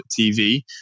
TV